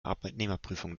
arbeitnehmerprüfung